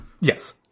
Yes